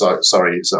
Sorry